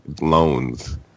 loans